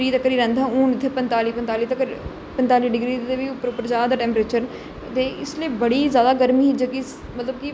त्रीह् तक्कर ही रैंहदा हा हून इत्थै पैतांली पैंताली तक्कर पैंताली डिग्री दे बी उप्पर उप्पर जारदा ऐ टैम्परेचर दे इसले बड़ी ज्यादा गर्मी जेहकी मतलब कि